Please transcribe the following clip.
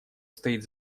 стоит